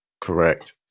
correct